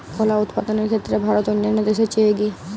কলা উৎপাদনের ক্ষেত্রে ভারত অন্যান্য দেশের চেয়ে এগিয়ে